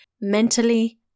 mentally